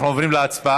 אנחנו עוברים להצבעה.